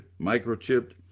microchipped